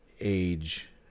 age